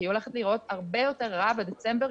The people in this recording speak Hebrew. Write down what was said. כי היא הולכת להיראות הרבה יותר רע בדצמבר,